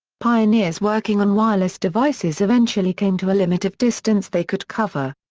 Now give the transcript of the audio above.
pioneers working on wireless devices eventually came to a limit of distance they could cover.